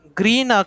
green